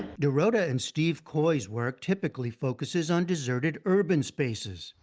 dorota and steve coy's work typically focuses on deserted urban spaces.